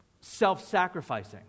self-sacrificing